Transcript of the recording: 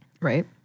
Right